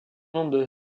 nombre